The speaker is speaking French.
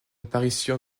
apparition